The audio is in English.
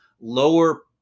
lower